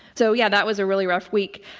so yeah, that was a really rough week.